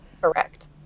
Correct